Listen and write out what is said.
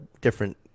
different